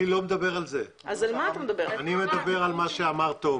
אני מדבר על מה שאמר תומר,